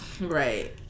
Right